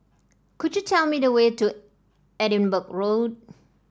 could you tell me the way to Edinburgh Road